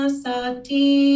sati